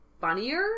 funnier